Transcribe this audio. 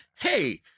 hey